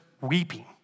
weeping